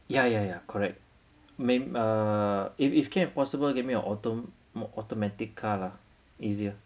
ya ya ya correct uh if if can possible give me an auto mo~ automatic car lah easier